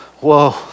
whoa